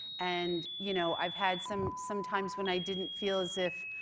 and you know i've had some some times when i didn't feel as if